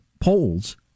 polls